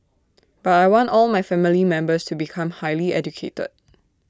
but I want all my family members to become highly educated